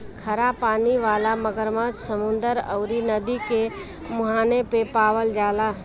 खरा पानी वाला मगरमच्छ समुंदर अउरी नदी के मुहाने पे पावल जाला